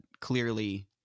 clearly